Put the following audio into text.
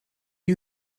you